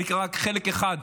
אני אקרא רק חלק אחד,